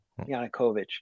Yanukovych